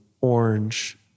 orange